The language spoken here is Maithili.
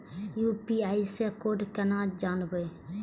यू.पी.आई से कोड केना जानवै?